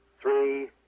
three